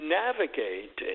navigate